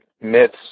myths